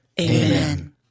Amen